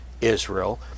Israel